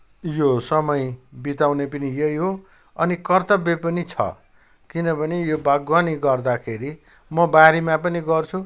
यो समय बिताउने पनि यही हो अनि कर्तव्य पनि छ किनभने यो बागवानी गर्दाखेरि म बारीमा पनि गर्छु